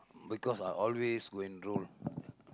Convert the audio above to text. because I always go and roll